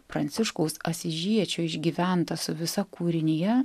pranciškaus asyžiečio išgyventa su visa kūrinija